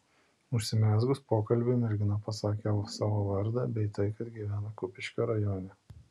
užsimezgus pokalbiui mergina pasakė savo vardą bei tai kad gyvena kupiškio rajone